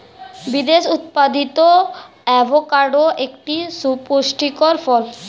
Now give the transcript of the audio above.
বিদেশে উৎপাদিত অ্যাভোকাডো একটি সুপুষ্টিকর ফল